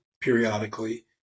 periodically